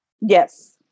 Yes